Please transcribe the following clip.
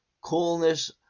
coolness